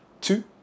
Two